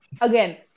Again